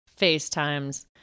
FaceTimes